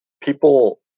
People